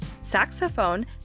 saxophone